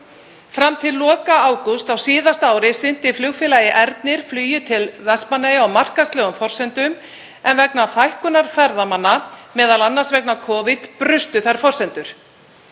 Fram til loka ágúst á síðasta ári sinnti flugfélagið Ernir flugi til Vestmannaeyja á markaðslegum forsendum, en vegna fækkunar ferðamanna, m.a. vegna Covid, brustu þær forsendur.